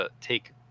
take